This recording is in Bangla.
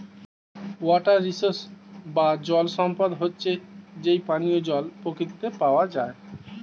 ওয়াটার রিসোর্স বা জল সম্পদ হচ্ছে যেই পানিও জল প্রকৃতিতে পাওয়া যায়